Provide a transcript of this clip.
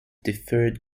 deferred